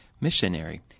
missionary